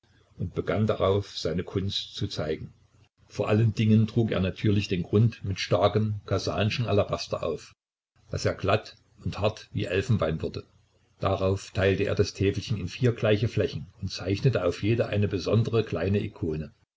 und begann darauf seine kunst zu zeigen vor allen dingen trug er natürlich den grund mit starkem kasanschen alabaster auf daß er glatt und hart wie elfenbein wurde darauf teilte er das täfelchen in vier gleiche flächen und zeichnete auf jede eine besondere kleine ikone